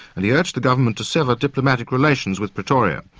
and he urged the government to severe diplomatic relations with pretoria.